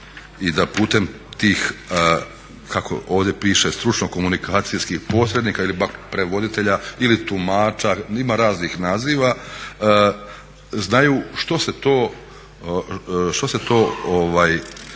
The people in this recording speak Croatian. i da putem tih kako ovdje piše stručno komunikacijskih posrednika ili pak prevoditelja ili tumača, ima raznih naziva znaju što se to,